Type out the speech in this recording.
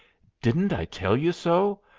didn't i tell you so?